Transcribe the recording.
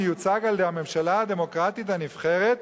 המיוצג על-ידי הממשלה הדמוקרטית הנבחרת,